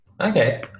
Okay